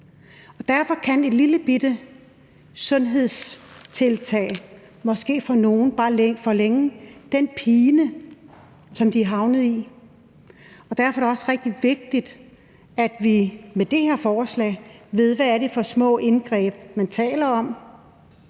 Derfor kan et lillebitte sundhedstiltag måske for nogle bare forlænge den pine, som de er havnet i. Og derfor er det også rigtig vigtigt, at vi med det her forslag ved, hvad det er for små indgreb, man taler om.